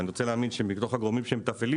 ואני רוצה להאמין שמתוך הגורמים שמתפעלים